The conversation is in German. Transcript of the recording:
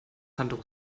handtuch